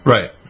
Right